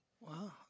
wow